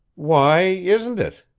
why isn't it?